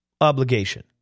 obligation